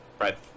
right